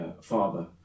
father